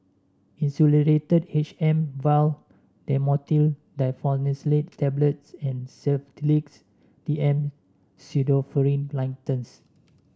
Insulatard H M vial Dhamotil Diphenoxylate Tablets and Sedilix D M Pseudoephrine Linctus